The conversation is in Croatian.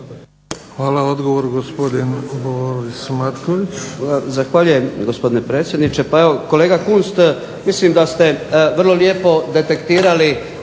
Hvala. Odgovor, gospodin Boris Matković. **Matković, Borislav (HDZ)** Zahvaljujem, gospodine predsjedniče. Pa evo kolega Kunst, mislim da ste vrlo lijepo detektirali